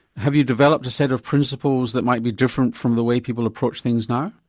have you developed a set of principles that might be different from the way people approach things now?